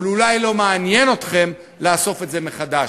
אבל אולי לא מעניין אתכם לאסוף את זה מחדש.